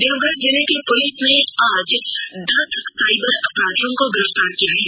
देवघर जिले की पुलिस ने आज दस साइबर अपराधियों को गिरफ्तार किया है